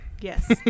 Yes